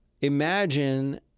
imagine